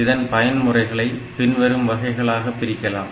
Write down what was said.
இதன் பயன் முறைகளை பின்வரும் வகைகளாக பிரிக்கலாம்